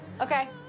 Okay